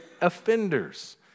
offenders